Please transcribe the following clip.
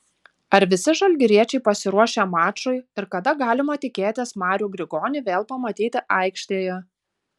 ar visi žalgiriečiai pasiruošę mačui ir kada galima tikėtis marių grigonį vėl pamatyti aikštėje